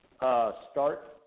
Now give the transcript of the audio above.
Start